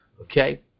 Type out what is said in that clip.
Okay